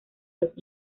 los